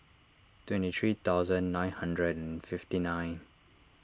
twenty three thousand nine hundred and fifty nine